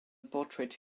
portrait